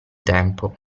tempo